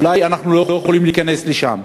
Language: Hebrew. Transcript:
אולי אנחנו לא יכולים להיכנס לשם.